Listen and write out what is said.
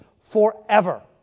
forever